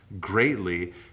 greatly